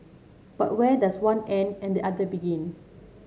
but where does one end and the other begin